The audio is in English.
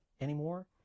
anymore